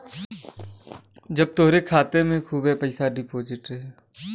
जब तोहरे खाते मे खूबे पइसा डिपोज़िट रही